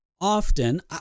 Often